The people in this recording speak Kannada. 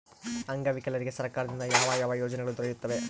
ಅಂಗವಿಕಲರಿಗೆ ಸರ್ಕಾರದಿಂದ ಯಾವ ಯಾವ ಯೋಜನೆಗಳು ದೊರೆಯುತ್ತವೆ?